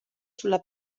sulla